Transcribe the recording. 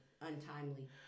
untimely